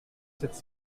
cette